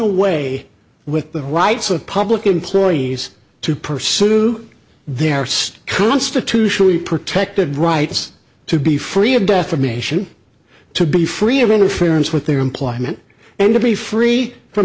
away with the rights of public employees to pursue their state constitutionally protected rights to be free of defamation to be free of interference with their employment and to be free from